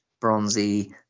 bronzy